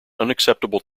unacceptable